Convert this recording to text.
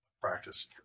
practice